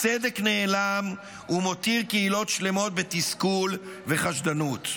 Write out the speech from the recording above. הצדק נעלם ומותיר קהילות שלמות בתסכול וחשדנות.